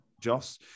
Joss